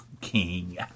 king